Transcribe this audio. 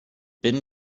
been